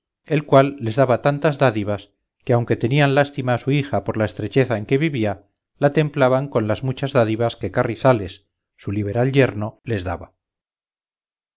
el cual les daba tantas dádivas que aunque tenían lástima a su hija por la estrecheza en que vivía la templaban con las muchas dádivas que carrizales su liberal yerno les daba